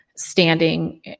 standing